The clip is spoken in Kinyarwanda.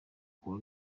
kuwa